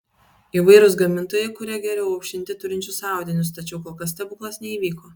įvairūs gamintojai kuria geriau aušinti turinčius audiniu tačiau kol kas stebuklas neįvyko